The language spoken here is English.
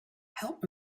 help